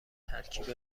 ترکیب